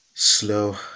Slow